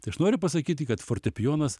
tai aš noriu pasakyti kad fortepijonas